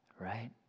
right